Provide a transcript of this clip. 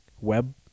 web